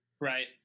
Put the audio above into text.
Right